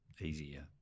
easier